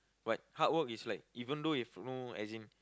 but hard work is like even though is no as in